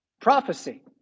Prophecy